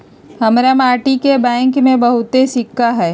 हमरा माटि के बैंक में बहुते सिक्का हई